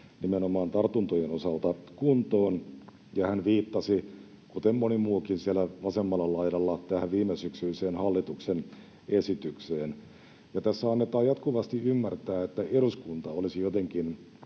nimenomaan tartuntojen osalta kuntoon, ja hän viittasi, kuten moni muukin siellä vasemmalla laidalla, tähän viimesyksyiseen hallituksen esitykseen. Tässä annetaan jatkuvasti ymmärtää, että eduskunta olisi jotenkin